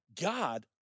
God